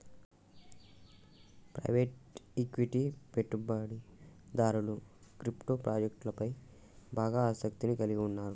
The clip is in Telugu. ప్రైవేట్ ఈక్విటీ పెట్టుబడిదారులు క్రిప్టో ప్రాజెక్టులపై బాగా ఆసక్తిని కలిగి ఉన్నరు